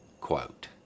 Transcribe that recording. quote